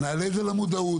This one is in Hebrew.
נעלה את זה למודעות,